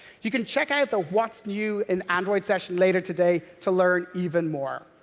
you can check out the what's new in android session later today to learn even more.